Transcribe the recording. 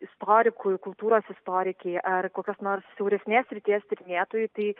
istorikui kultūros istorikei ar kokios nors siauresnės srities tyrinėtojui tai